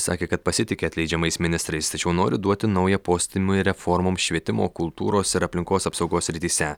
sakė kad pasitiki atleidžiamais ministrais tačiau nori duoti naują postūmį reformoms švietimo kultūros ir aplinkos apsaugos srityse